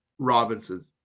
Robinson